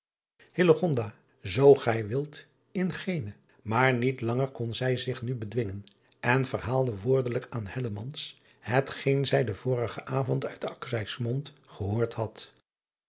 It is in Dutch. oo gij wilt in geene aar niet langer kon zij zich nu bedwingen en verhaalde woordelijk aan het geen zij den vorigen avond uit mond gehoord had